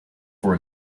for